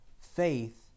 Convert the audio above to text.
faith